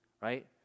right